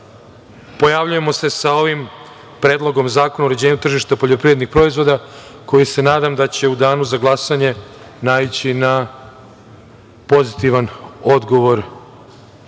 pojavljujemo se sa ovim Predlogom zakona o uređenju tržišta poljoprivrednih proizvoda, koji se nadam da će u danu za glasanje naići na vaš pozitivan odgovor. Šta